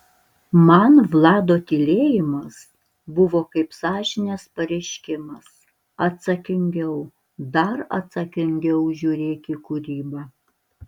man vlado tylėjimas buvo kaip sąžinės pareiškimas atsakingiau dar atsakingiau žiūrėk į kūrybą